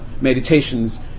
meditations